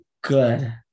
good